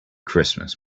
christmas